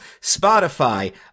Spotify